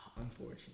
Unfortunately